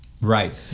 Right